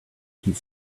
heat